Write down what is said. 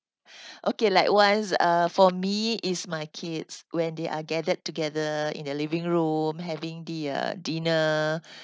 okay likewise uh for me is my kids when they are gathered together in the living room having the uh dinner